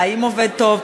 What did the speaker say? האם עובד טוב?